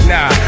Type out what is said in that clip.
Nah